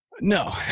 No